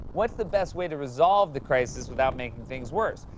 what's the best way to resolve the crisis without making things worse?